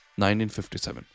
1957